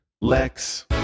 Lex